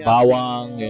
Bawang